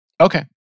Okay